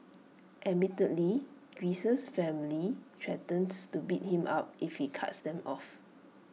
admittedly Greece's family threatens to beat him up if he cuts them off